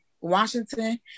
Washington